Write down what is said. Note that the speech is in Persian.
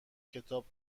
کتاب